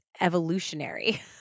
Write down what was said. evolutionary